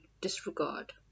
disregard